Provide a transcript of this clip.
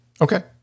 Okay